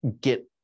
get